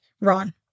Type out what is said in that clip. Ron